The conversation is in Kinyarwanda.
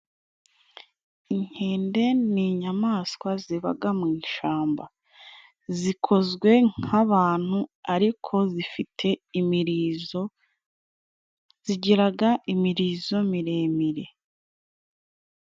Inkende ni inyamaswa zibaga mu ishamba zikozwe nk'abantu ariko zifite imirizo, zigiraga imirizo miremire.